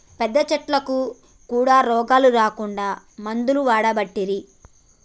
పెద్ద చెట్లకు కూడా రోగాలు రాకుండా మందులు వాడబట్టిరి